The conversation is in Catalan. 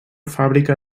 fàbrica